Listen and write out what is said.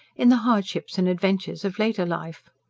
in the hardships and adventures of later life.